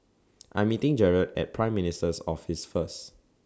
I'm meeting Jarred At Prime Minister's Office First